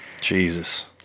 jesus